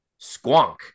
squonk